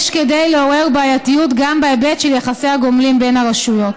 יש כדי לעורר בעייתיות גם בהיבט של יחסי הגומלין בין הרשויות.